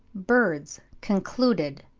birds concluded.